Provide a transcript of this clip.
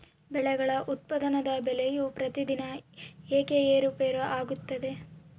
ಬೆಳೆಗಳ ಉತ್ಪನ್ನದ ಬೆಲೆಯು ಪ್ರತಿದಿನ ಏಕೆ ಏರುಪೇರು ಆಗುತ್ತದೆ?